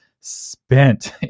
spent